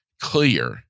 clear